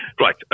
Right